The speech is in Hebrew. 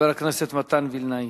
חבר הכנסת מתן וילנאי.